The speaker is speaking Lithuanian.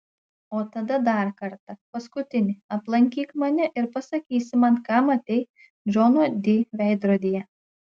o tada dar kartą paskutinį aplankyk mane ir pasakysi man ką matei džono di veidrodyje